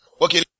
Okay